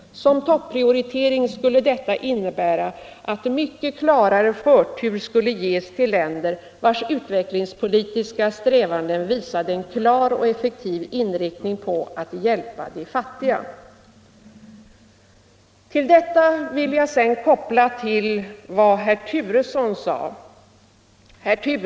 Som topprioritering skulle detta innebära att mycket klarare förtur skulle ges till länder vars utvecklingspolitiska strävanden visade en klar och effektiv inriktning på att hjälpa de fattiga. Till detta vill jag koppla vad herr Turesson sade.